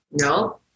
No